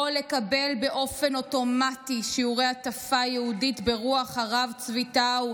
לא לקבל באופן אוטומטי שיעורי הטפה יהודית ברוח הרב צבי טאו,